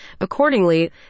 Accordingly